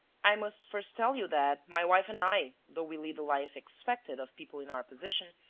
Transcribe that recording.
i must first tell you that my wife and i, though we lead the life expected of people in our position,